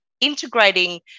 integrating